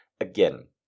Again